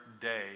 day